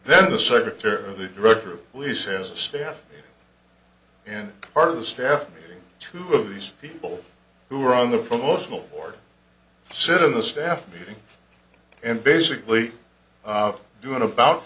then the secretary of the director of we set a staff and part of the staff meeting two of these people who are on the promotional board sit in the staff meeting and basically doing about